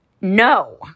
no